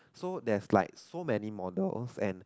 so that's like so many models and